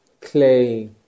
Clay